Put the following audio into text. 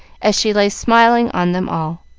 as she lay smiling on them all.